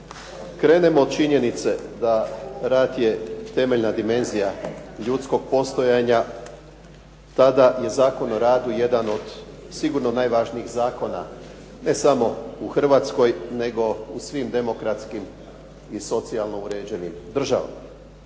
krenemo od činjenice da rad je temeljna dimenzija ljudskog postojanja, tada je Zakon o radu jedan od sigurno jedan od najvažnijih zakona. Ne samo u Hrvatskoj nego u svim demokratskim i socijalno uređenih država.